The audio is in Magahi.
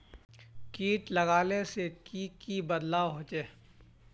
किट लगाले से की की बदलाव होचए?